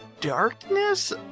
darkness